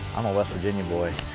i'm a west virginia boy.